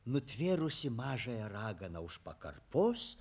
nutvėrusi mažąją raganą už pakarpos